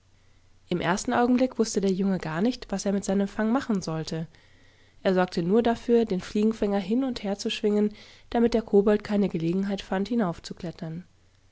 im ersten augenblick wußte der junge gar nicht was er mit seinem fang machen sollte er sorgte nur dafür den fliegenfänger hin und her zu schwingen damitderkoboldkeinegelegenheitfand